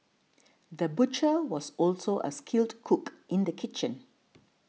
the butcher was also a skilled cook in the kitchen